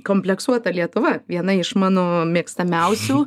kompleksuota lietuva viena iš mano mėgstamiausių